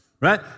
right